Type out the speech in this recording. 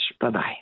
Bye-bye